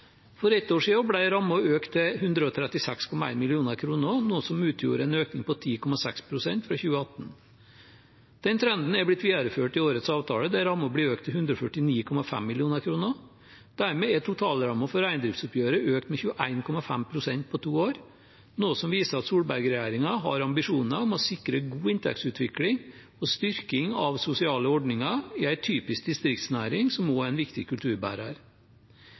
For ett år siden ble rammen økt til 136,1 mill. kr, noe som utgjorde en økning på 10,6 pst. fra 2018. Den trenden er blitt videreført i årets avtale, der rammen ble økt til 149,5 mill. kr. Dermed er totalrammen for reindriftsoppgjøret økt med 21,5 pst. på to år, noe som viser at Solberg-regjeringen har ambisjoner om å sikre god inntektsutvikling og styrking av sosiale ordninger i en typisk distriktsnæring, som også er en viktig kulturbærer.